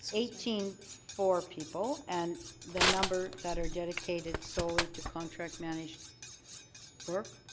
so eighteen, four people and the number that are dedicated socially to contract managed work?